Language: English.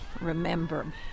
Remember